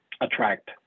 attract